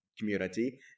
Community